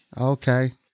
Okay